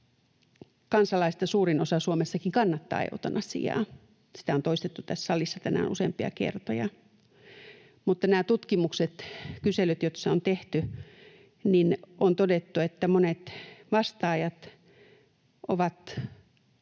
kansalaisista suurin osa Suomessakin kannattaa eutanasiaa. Sitä on toistettu tässä salissa tänään useampia kertoja, mutta nämä tutkimukset ja kyselyt, joita on tehty... On todettu, että monet vastaajat ovat